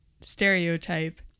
stereotype